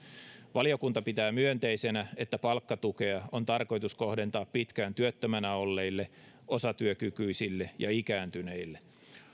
valiokunta pitää myönteisenä että palkkatukea on tarkoitus kohdentaa pitkään työttömänä olleille osatyökykyisille ja ikääntyneille